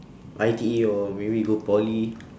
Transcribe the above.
I_T_E or maybe go poly